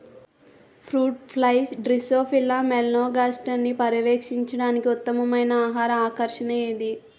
Fruit flies drosophila మెలనోగాస్టర్ని పర్యవేక్షించడానికి ఉత్తమమైన ఆహార ఆకర్షణ ఏది?